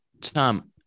Tom